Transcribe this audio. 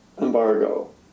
embargo